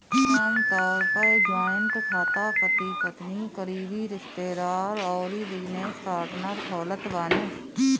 आमतौर पअ जॉइंट खाता पति पत्नी, करीबी रिश्तेदार अउरी बिजनेस पार्टनर खोलत बाने